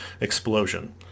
explosion